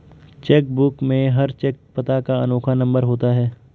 check book में हर cheque पता का अनोखा नंबर होता है